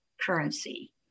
currency